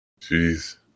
Jeez